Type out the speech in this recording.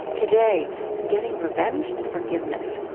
today, getting revenge and forgiveness.